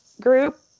group